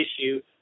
issue